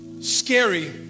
scary